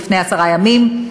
עשרה ימים,